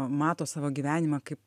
mato savo gyvenimą kaip